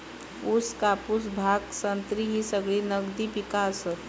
ऊस, कापूस, भांग, संत्री ही सगळी नगदी पिका आसत